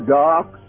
dark